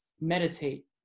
meditate